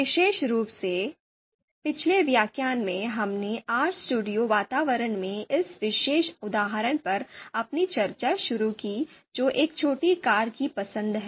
विशेष रूप से पिछले व्याख्यान में हमने RStudio वातावरण में इस विशेष उदाहरण पर अपनी चर्चा शुरू की जो एक छोटी कार की पसंद है